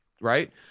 right